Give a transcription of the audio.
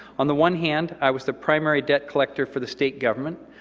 on the one hand, i was the primary debt collector for the state government,